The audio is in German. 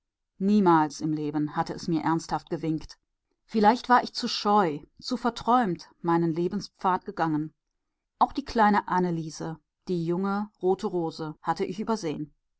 niemals im leben hatte es mir ernsthaft gewinkt vielleicht war ich zu scheu zu verträumt meinen lebenspfad gegangen auch die kleine anneliese die junge rote rose hatte ich übersehen